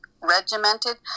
regimented